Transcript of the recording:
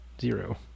zero